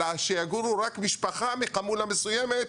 אלא שתגור רק משפחה מחמולה מסוימת,